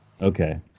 Okay